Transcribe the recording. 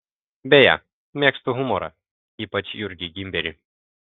beje mėgstu humorą ypač jurgį gimberį